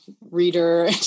reader